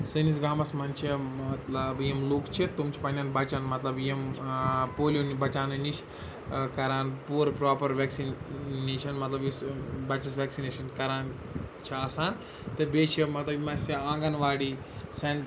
سٲنِس گامَس منٛز چھِ مطلب یِم لوٗکھ چھِ تِم چھِ پننیٚن بَچَن مطلب یِم ٲں پولیو نِہ بَچاونہٕ نِش ٲں کَران پوٗرٕ پرٛاپَر ویٚکسِنیشَن مطلب یُس بَچَس ویٚکسِنیشَن کَران چھِ آسان تہٕ بیٚیہِ چھِ مطلب یِم اسہِ آنٛگَن واڈی سیٚن